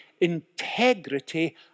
integrity